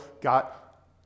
got